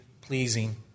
pleasing